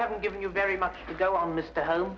haven't given you very much to go on mr ho